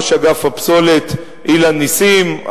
ראש אגף הפסולת אילן נסים,